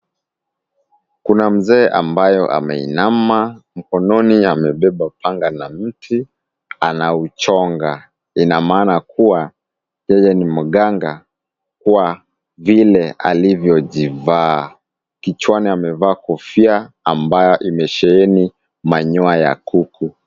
Kuna mzee ambaye ameinama, mkononi amebeba panga na mti, anauchonga. Ina maana kuwa yeye ni mganga, kwa vile alivyojivaa. Kichwani amevaa kofia ambayo imesheheni manyoa ya kuku.